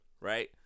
right